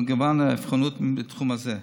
במגוון האבחנות בתחום הזה.